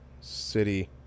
city